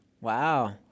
Wow